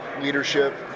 leadership